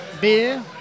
beer